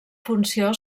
funció